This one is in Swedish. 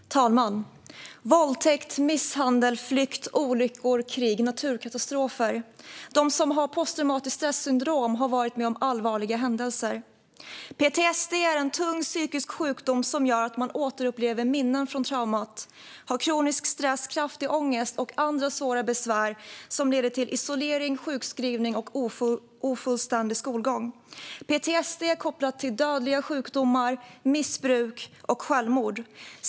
Fru talman! Våldtäkt, misshandel, flykt, olyckor, krig och naturkatastrofer - de som har posttraumatiskt stressyndrom har varit med om allvarliga händelser. PTSD är en tung psykisk sjukdom som gör att man återupplever minnen från traumat och har kronisk stress, kraftig ångest och andra svåra besvär som leder till isolering, sjukskrivning och ofullständig skolgång. PTSD är kopplat till dödliga sjukdomar, missbruk och självmord.